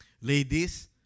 Ladies